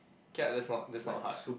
K ah that's not that's not hard